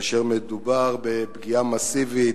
כאשר מדובר בפגיעה מסיבית,